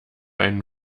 einen